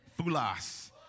Fulas